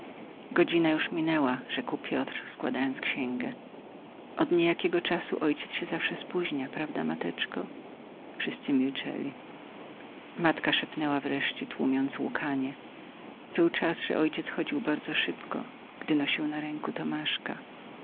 godzina już minęła rzekł piotr składając księgę od niejakiego czasu ojciec się zawsze spóźnia prawda mateczko wszyscy milczeli matka szepnęła wreszcie tłumiąc łkanie był czas że ojciec chodził bardzo szybko gdy nosił na ręku tomaszka